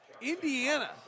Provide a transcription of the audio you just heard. Indiana